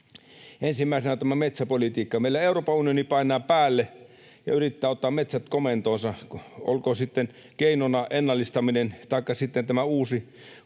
Ensimmäisenä tämä metsäpolitiikka: Meillä Euroopan unioni painaa päälle ja yrittää ottaa metsät komentoonsa, olkoon keinona sitten ennallistaminen taikka tämä uusi